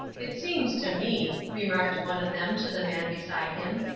it seems to me, remarked one of them to the man beside him,